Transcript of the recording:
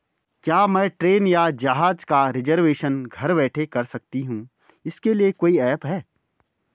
क्या मैं ट्रेन या जहाज़ का रिजर्वेशन घर बैठे कर सकती हूँ इसके लिए कोई ऐप है?